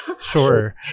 Sure